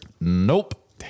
Nope